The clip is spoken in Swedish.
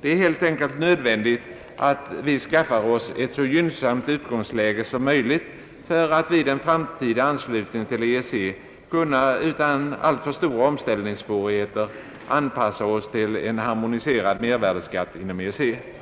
Det är helt enkelt nödvändigt att vi skaffar oss ett så gynnsamt utgångs Jäge som möjligt för att vid en framtida anslutning till EEC kunna utan alltför stora omställningssvårigheter anpassa oss till en harmoniserad mervärdeskatt inom den gemensamma marknaden.